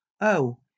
Oh